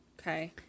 Okay